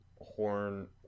Horn